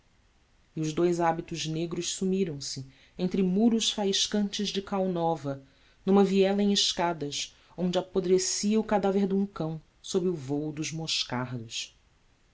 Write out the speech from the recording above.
e os dous hábitos negros sumiram-se entre muros faiscantes de cal nova numa viela em escadas onde apodrecia o cadáver de um cão sob o vôo dos moscardos